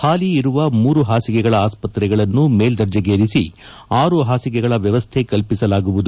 ಹಾಲಿ ಇರುವ ಮೂರು ಹಾಸಿಗೆಗಳ ಆಸ್ತತೆಗಳನ್ನು ಮೇಲ್ವಜೇಗೇರಿಸಿ ಆರು ಹಾಸಿಗೆಗಳ ವ್ಯವಸ್ಥೆ ಕಲ್ಪಿಸಲಾಗುವುದು